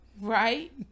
right